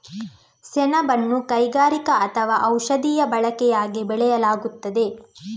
ಸೆಣಬನ್ನು ಕೈಗಾರಿಕಾ ಅಥವಾ ಔಷಧೀಯ ಬಳಕೆಯಾಗಿ ಬೆಳೆಯಲಾಗುತ್ತದೆ